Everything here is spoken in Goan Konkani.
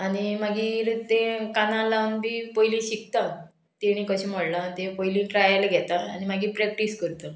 आनी मागीर तें कानार लावन बी पयलीं शिकता तेणी कशें म्हणलां तें पयलीं ट्रायल घेता आनी मागीर प्रॅक्टीस करता